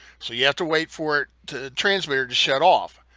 so you have to wait for it to transmit or just shut off.